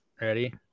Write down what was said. Ready